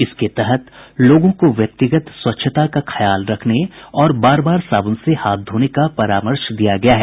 इसके तहत लोगों को व्यक्तिगत स्वच्छता का ख्याल रखने और बार बार साबून से हाथ धोने का परामर्श दिया गया है